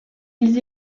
ils